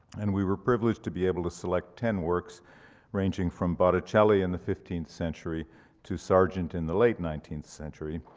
and we were privileged to be able to select ten works ranging from botticelli in the fifteenth century to sargent in the late nineteenth century,